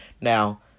Now